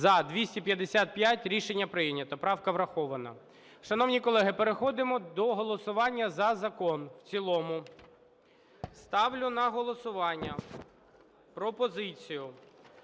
За-255 Рішення прийнято. Правка врахована. Шановні колеги, переходимо до голосування за закон в цілому. Ставлю на голосування пропозицію